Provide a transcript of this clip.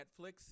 Netflix